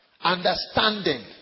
Understanding